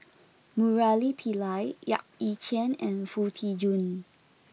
Murali Pillai Yap Ee Chian and Foo Tee Jun